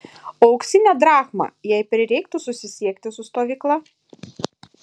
o auksinę drachmą jei prireiktų susisiekti su stovykla